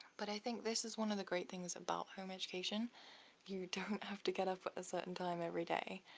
but i think this is one of the great things about home education you don't have to get up at a certain time every day,